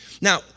Now